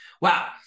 Wow